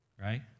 right